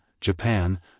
Japan